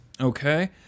Okay